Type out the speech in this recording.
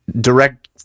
direct